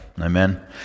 Amen